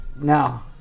No